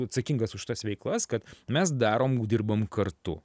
atsakingas už tas veiklas kad mes darom dirbam kartu